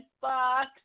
box